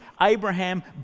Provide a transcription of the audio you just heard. Abraham